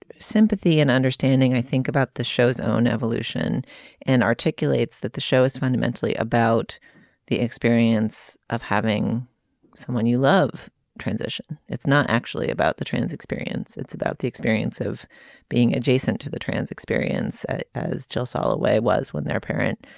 sympathy and understanding i think about the show's own evolution and articulates that the show is fundamentally about the experience of having someone you love transition. it's not actually about the trans experience it's about the experience of being adjacent to the trans experience as jill soloway was when their parent